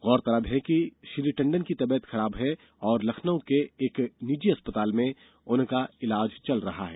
गौरतलब है कि श्री टंडन की तबीयत खराब है और लखनऊ के एक निजी अस्पताल में उनका इलाज चल रहा है